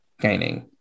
gaining